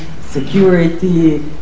security